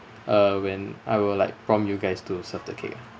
uh when I will like prompt you guys to serve the cake ah